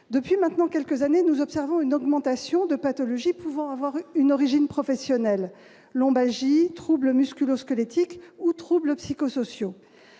Depuis maintenant quelques années, nous observons une augmentation de l'incidence de pathologies pouvant avoir eu une origine professionnelle : lombalgies, troubles musculo-squelettiques ou encore troubles psychosociaux.